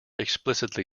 explicitly